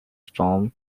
storm